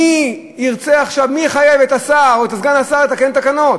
מי יחייב עכשיו את השר או את סגן השר לתקן תקנות?